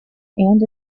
and